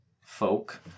folk